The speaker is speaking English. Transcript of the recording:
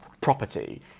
property